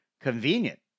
convenient